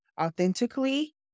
authentically